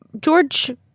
George